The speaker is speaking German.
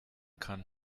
kann